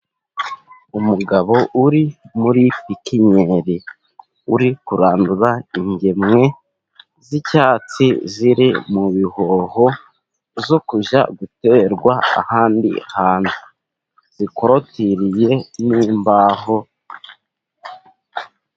Umugabo uri muri Pikinyeri, uri kurandura ingemwe z'icyatsi ziri mu bihoho, zo kujya guterwa ahandi hantu, zikorotiriye n'imbaho.